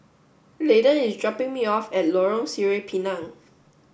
Landen is dropping me off at Lorong Sireh Pinang